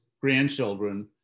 grandchildren